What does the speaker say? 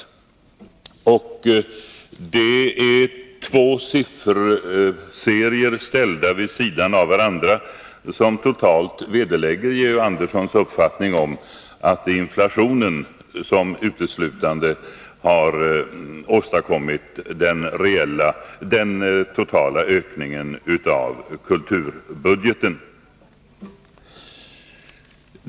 Det är två siffror som ställda vid sidan av varandra totalt vederlägger Georg Anderssons uppfattning om att det är inflationen som har åstadkommit den totala ökningen av kulturbudgeten.